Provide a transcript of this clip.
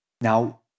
Now